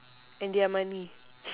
and their money